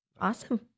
Awesome